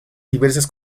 diversas